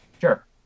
Sure